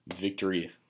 victory